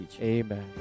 Amen